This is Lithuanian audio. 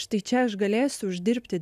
štai čia aš galėsiu uždirbti